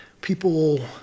people